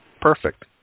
Perfect